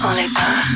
Oliver